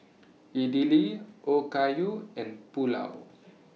Idili Okayu and Pulao